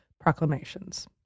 proclamations